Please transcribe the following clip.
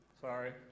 Sorry